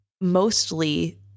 mostly